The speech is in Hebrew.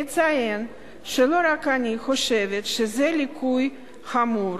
אציין שלא רק אני חושבת שזה ליקוי חמור.